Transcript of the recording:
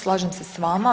Slažem se s vama.